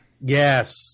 Yes